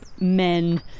men